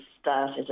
started